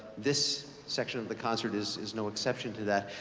this section of the concert is is no exception to that.